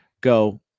go